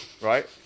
right